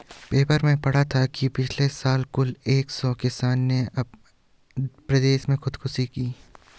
paper में पढ़ा था कि पिछले साल कुल एक सौ किसानों ने हमारे प्रदेश में खुदकुशी की